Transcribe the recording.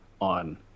on